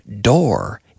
door